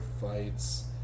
fights